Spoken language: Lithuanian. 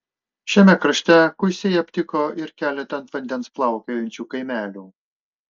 šiame krašte kuisiai aptiko ir keletą ant vandens plaukiojančių kaimelių